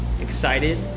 excited